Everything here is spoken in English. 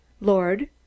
LORD